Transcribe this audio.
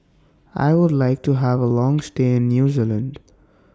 I Would like to Have A Long stay in New Zealand